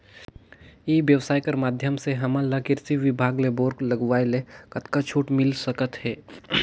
ई व्यवसाय कर माध्यम से हमन ला कृषि विभाग ले बोर लगवाए ले कतका छूट मिल सकत हे?